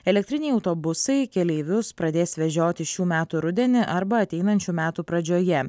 elektriniai autobusai keleivius pradės vežioti šių metų rudenį arba ateinančių metų pradžioje